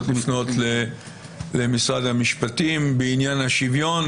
לפנות למשרד המשפטים בעניין השוויון,